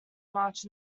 march